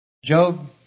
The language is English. Job